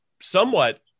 somewhat